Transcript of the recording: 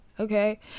okay